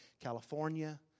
California